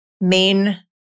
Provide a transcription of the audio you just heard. main